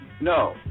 No